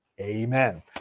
Amen